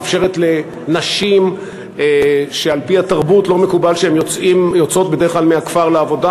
מאפשרת לנשים שעל-פי התרבות לא מקובל שהן יוצאות בדרך כלל מהכפר לעבודה.